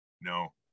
no